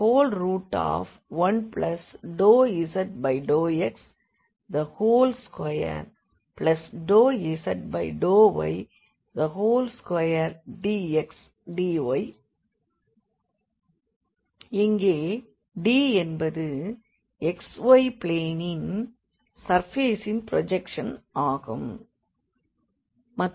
S∬D1∂z∂x2∂z∂y2dxdy இங்கே D என்பது xy பிளேனில் சர்ஃபேசின் ப்ரோஜெக்ஷன் ஆகும்